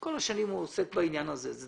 כל השנים הוא עוסק בעניין הזה, זה